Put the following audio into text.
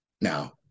Now